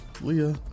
Leah